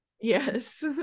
yes